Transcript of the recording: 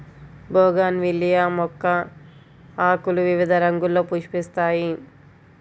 bougainvillea మొక్క ఆకులు వివిధ రంగుల్లో పుష్పిస్తాయి